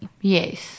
Yes